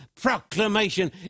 proclamation